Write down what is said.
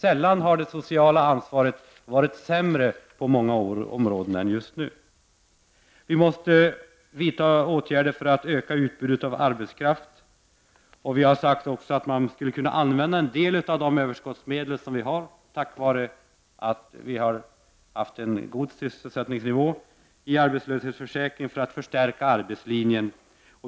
Sällan har det sociala ansvaret varit sämre på många områden än just nu. Vi måste vidta åtgärder för att öka utbudet av arbetskraft. Vi har sagt att man skulle kunna använda en del av de överskottsmedel som vi har, tack vare att vi har haft en god sysselsättningsnivå, i arbetslöshetsförsäkringen för att förstärka arbetslinjen.